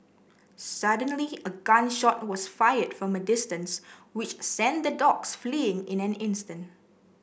suddenly a gun shot was fired from a distance which sent the dogs fleeing in an instant